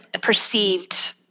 perceived